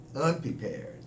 unprepared